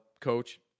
coach